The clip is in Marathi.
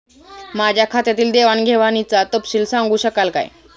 माझ्या खात्यातील देवाणघेवाणीचा तपशील सांगू शकाल काय?